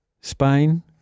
Spain